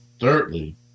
Thirdly